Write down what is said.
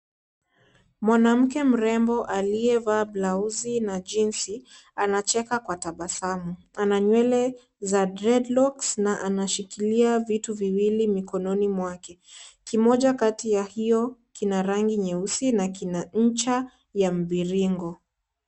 Mwanamke mrembo aliyevaa blauzi na jinsi anacheka kwa tabasamu, ana nywele za dreadlocks na anashikilia vitu viwili mikononi mwake, kimoja kati ya hio kina rangi nyeusi na kina ncha ya mviringo.